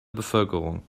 bevölkerung